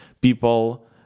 people